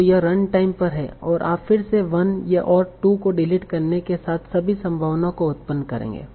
तो यह run time पर है और आप फिर से 1 और 2 को डिलीट करने के साथ सभी संभावनाओं को उत्पन्न करेंगे